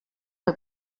que